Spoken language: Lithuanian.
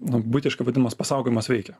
na buitiškas vadinamas pasaugojimas veikia